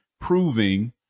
proving